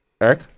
Eric